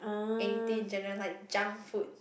anything in general like junk food